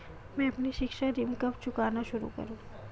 मैं अपना शिक्षा ऋण कब चुकाना शुरू करूँ?